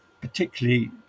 particularly